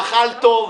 תקנה 14,